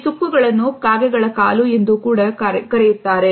ಈ ಸುಕ್ಕುಗಳನ್ನು ಕಾಗೆಗಳ ಕಾಲು ಎಂದು ಕೂಡ ಕರೆಯುತ್ತಾರೆ